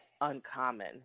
uncommon